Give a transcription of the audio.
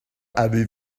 avez